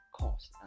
cost